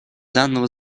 данного